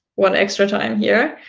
one extra time here.